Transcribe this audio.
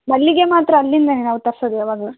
ಮಲ್ಲಿಗೆ ಮಾತ್ರ ಅಲ್ಲಿಂದಲೇ ನಾವು ತರ್ಸೋದು ಯಾವಾಗಲೂ